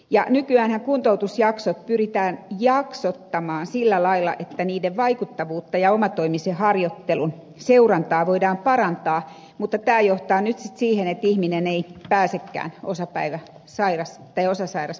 ja nykyäänhän kuntoutusjaksot pyritään jaksottamaan sillä lailla että niiden vaikuttavuutta ja omatoimisen harjoittelun seurantaa voidaan parantaa mutta tämä johtaa nyt sitten siihen että ihminen ei pääsekään osasairauspäivärahalle